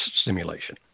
stimulation